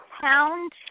pound